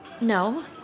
No